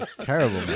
Terrible